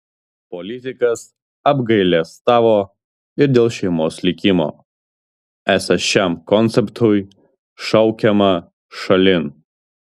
politikas apgailestavo ir dėl šeimos likimo esą šiam konceptui šaukiama šalin